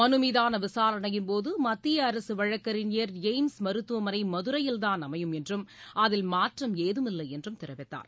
மனு மீதான விசாரணையின்போது மத்திய அரசு வழக்கறிஞர் எய்ம்ஸ் மருத்துவமனை மதுரையில்தான் அமையும் என்றும் அதில் மாற்றம் ஏதமில்லை என்றும் தெரிவித்தார்